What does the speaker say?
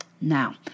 Now